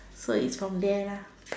so it's from there lah